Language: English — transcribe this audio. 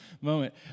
moment